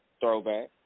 Throwback